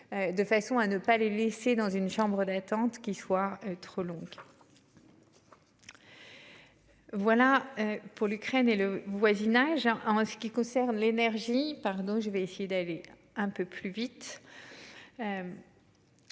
De façon à ne pas les laisser dans une chambre d'attente qui soit trop longue. Voilà pour l'Ukraine et le voisinage en ce qui concerne l'énergie, pardon, je vais essayer d'aller un peu plus vite.